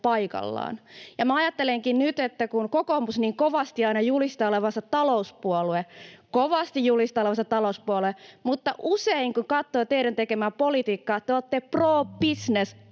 paikallaan. Ja minä ajattelenkin nyt, että kokoomus niin kovasti aina julistaa olevansa talouspuolue, kovasti julistaa olevansa talouspuolue, mutta usein, kun katsoo teidän tekemäänne politiikkaa, te olette pro business